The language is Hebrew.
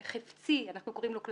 "חפצי" אנחנו קוראים לו,